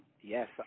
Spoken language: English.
Yes